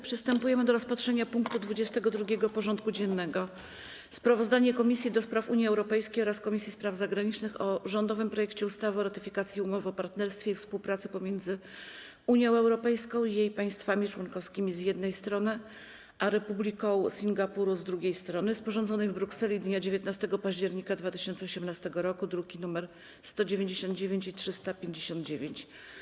Przystępujemy do rozpatrzenia punktu 22. porządku dziennego: Sprawozdanie Komisji do Spraw Unii Europejskiej oraz Komisji Spraw Zagranicznych o rządowym projekcie ustawy o ratyfikacji Umowy o partnerstwie i współpracy pomiędzy Unią Europejską i jej państwami członkowskimi, z jednej strony, a Republiką Singapuru, z drugiej strony, sporządzonej w Brukseli dnia 19 października 2018 r. (druki nr 199 i 359)